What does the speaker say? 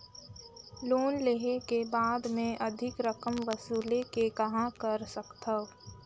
Loan लेहे के बाद मे अधिक रकम वसूले के कहां कर सकथव?